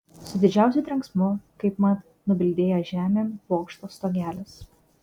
su didžiausiu trenksmu kaip mat nubildėjo žemėn bokšto stogelis